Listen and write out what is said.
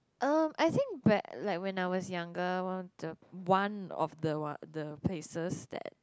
um I think when like when I was younger one of the one of the one the places that